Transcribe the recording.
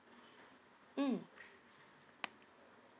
mm